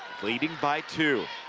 leading by two.